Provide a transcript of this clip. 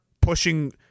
pushing